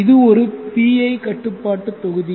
இது ஒரு PI கட்டுப்பாடு தொகுதி